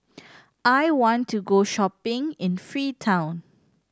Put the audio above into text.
I want to go shopping in Freetown